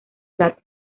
plata